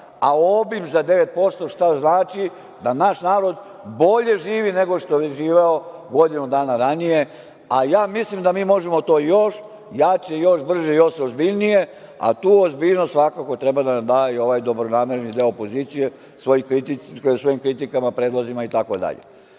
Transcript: a obim za 9%, što znači da naš narod bolje živi nego što je živeo godinu dana ranije. Ja mislim da mi možemo to još jače, još brže, još ozbiljnije, a tu ozbiljnost svakako treba da nam da i ovaj dobronamerni deo opozicije, svojim kritikama, predlozima, itd. Nikada